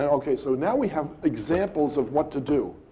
ok. so now we have examples of what to do.